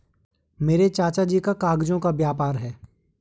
मेरे चाचा जी का कागजों का व्यापार है